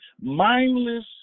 mindless